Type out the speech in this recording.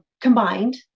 combined